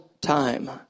time